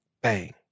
bang